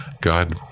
God